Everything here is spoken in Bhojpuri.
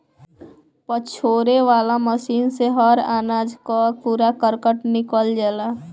पछोरे वाला मशीन से हर अनाज कअ कूड़ा करकट निकल जाला